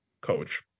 coach